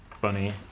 Bunny